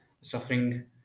suffering